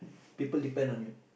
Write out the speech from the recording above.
people depend on you